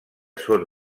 són